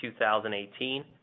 2018